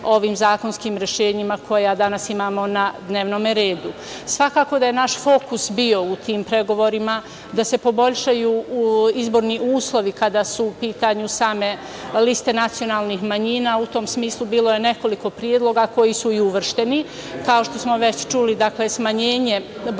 ovim zakonskim rešenjima koja danas imamo na dnevnom redu. Svakako da je naš fokus bio u tim pregovorima da se poboljšaju izborni uslovi kada su u pitanju same liste nacionalnih manjina. U tom smislu bilo je nekoliko predloga koji su i uvršteni, kao što smo već čuli, smanjenje broja